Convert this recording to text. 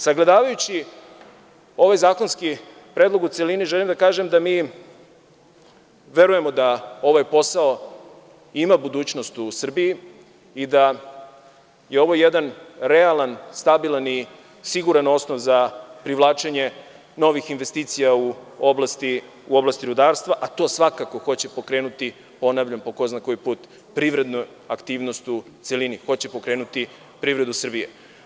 Sagledavajući ovaj zakonski predlog u celini, želim da kažem da mi verujemo da ovaj posao ima budućnost u Srbiji, i da je ovo jedan realan, stabilan i siguran osnov za privlačenje novih investicija u oblasti rudarstva, a to svakako će pokrenuti, ponavljam po ko zna koji put, privrednu aktivnost u celini, to će pokrenuti privredu Srbije.